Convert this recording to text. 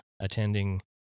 Attending